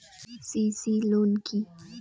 CC loan কি?